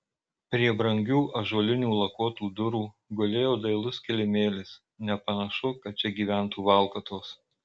prie brangių ąžuolinių lakuotų durų gulėjo dailus kilimėlis nepanašu kad čia gyventų valkatos